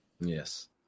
Yes